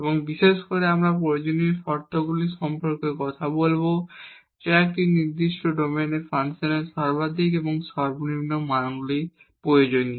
এবং বিশেষ করে আমরা প্রয়োজনীয় শর্তগুলি সম্পর্কে কথা বলব যা একটি নির্দিষ্ট ডোমেনে ফাংশনের ম্যাক্সিমা এবং মিনিমা প্রয়োজনীয়